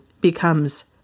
becomes